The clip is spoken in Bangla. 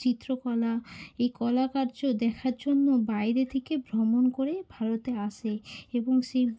চিত্রকলা এই কলা কার্য দেখার জন্য বাইরে থেকে ভ্রমণ করে ভারতে আসে এবং সেই